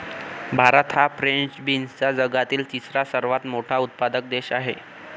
भारत हा फ्रेंच बीन्सचा जगातील तिसरा सर्वात मोठा उत्पादक देश आहे